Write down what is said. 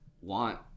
want